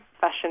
fashion